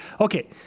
Okay